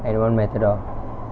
and one matador